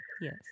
Yes